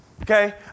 okay